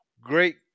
great